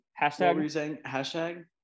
Hashtag